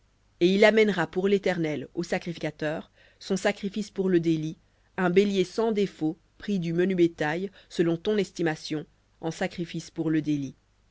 et il amènera pour l'éternel au sacrificateur son sacrifice pour le délit un bélier sans défaut pris du menu bétail selon ton estimation en sacrifice pour le délit